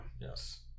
yes